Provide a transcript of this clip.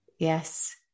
Yes